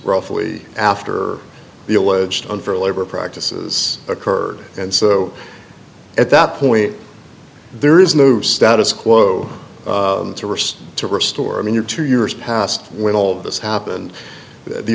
roughly after the alleged unfair labor practices occurred and so at that point there is no status quo to restore i mean you're two years past when all of this happened the